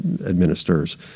administers